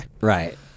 Right